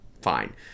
fine